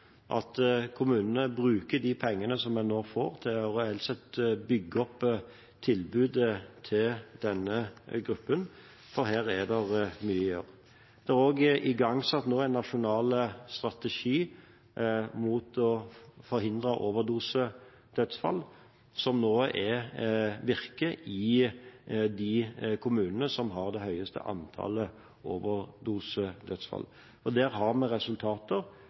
at kommunene bruker de pengene som de nå får, til reelt sett å bygge opp tilbudet til denne gruppen, for her er det mye å gjøre. Det er nå også igangsatt en nasjonal strategi for å forhindre overdosedødsfall som nå virker i de kommunene som har det høyeste antallet overdosedødsfall. Der har vi resultater